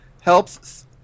helps